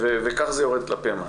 וכך זה יורד כלפי מטה.